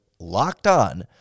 LOCKEDON